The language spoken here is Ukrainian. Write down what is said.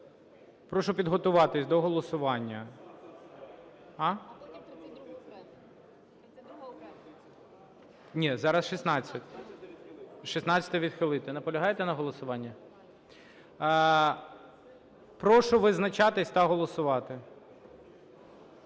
Прошу підготуватись до голосування. (Шум у залі) Ні, зараз 16. 16-а відхилити. Наполягаєте на голосуванні? Прошу визначатись та голосувати.